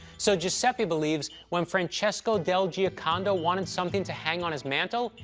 so giuseppe believes when francesco del giocondo wanted something to hang on his mantle,